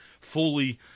fully